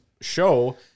show